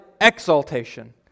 exaltation